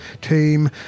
Team